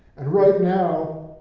and right now,